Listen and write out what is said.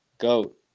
Goat